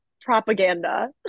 propaganda